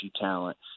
talent